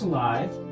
Alive